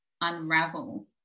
unravel